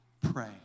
pray